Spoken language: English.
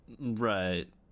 right